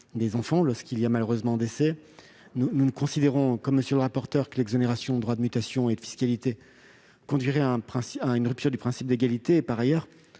des enfants lorsqu'il y a malheureusement eu décès. Nous considérons, comme M. le rapporteur général, que l'exonération de droits de mutation et de fiscalité conduirait à une rupture du principe d'égalité. Par ailleurs,